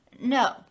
no